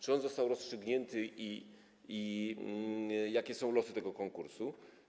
Czy on został rozstrzygnięty i jakie są losy tego konkursu?